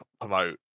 promote